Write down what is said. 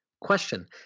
question